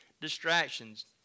distractions